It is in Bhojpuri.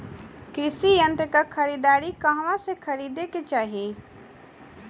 कृषि यंत्र क खरीदारी कहवा से खरीदे के चाही?